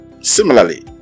Similarly